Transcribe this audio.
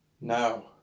No